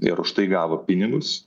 ir už tai gavo pinigus